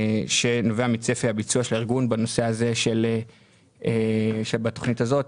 שנובע מצפי הביצוע הארגון בנושא הזה שבתוכנית הזאת.